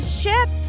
ship